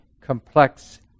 complex